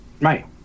Right